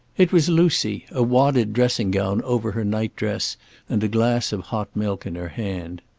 it was lucy, a wadded dressing gown over her nightdress and glass of hot milk in her hand.